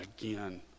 again